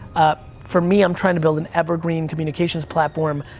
for me, i'm trying to build an evergreen communications platform